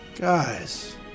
Guys